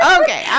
okay